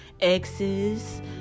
exes